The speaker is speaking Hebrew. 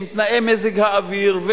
עם תנאי מזג האוויר,